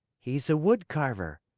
he's a wood carver.